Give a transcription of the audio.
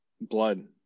blood